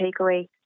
takeaway